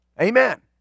amen